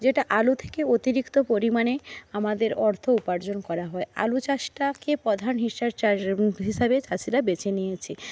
যেটা আলু থেকে অতিরিক্ত পরিমাণে আমাদের অর্থ উপার্জন করা হয় আলু চাষটাকে প্রধান হিসাবে সেটা বেছে নিয়েছে